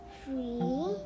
three